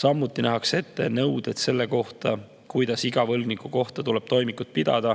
Samuti nähakse ette nõuded selle kohta, kuidas iga võlgniku kohta tuleb toimikut pidada,